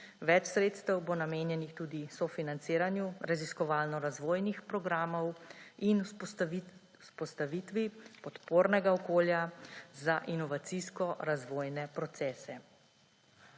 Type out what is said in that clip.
Več sredstev bo namenjenih tudi sofinanciranju raziskovalno razvojnih programov in vzpostavitvi podpornega okolja za inovacijsko razvojne procese.